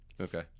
Okay